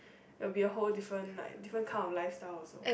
will be a whole different like different kind of lifestyle also